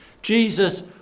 Jesus